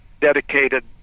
dedicated